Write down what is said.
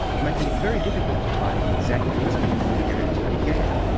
making it very difficult to time the exact instant of when the transit began.